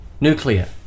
nuclear